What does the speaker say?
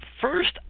first